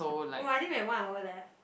oh I think we have one hour left